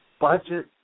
budget